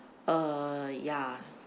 uh ya